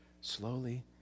slowly